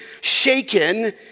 shaken